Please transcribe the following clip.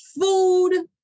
Food